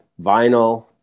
vinyl